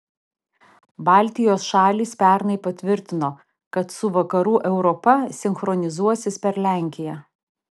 baltijos šalys pernai patvirtino kad su vakarų europa sinchronizuosis per lenkiją